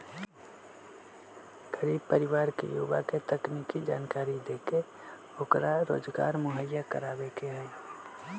गरीब परिवार के युवा के तकनीकी जानकरी देके ओकरा रोजगार मुहैया करवावे के हई